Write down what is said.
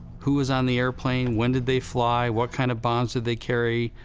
who was on the airplane? when did they fly? what kind of bombs did they carry?